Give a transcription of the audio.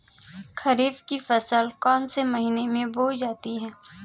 खरीफ की फसल कौन से महीने में बोई जाती है?